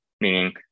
meaning